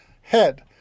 head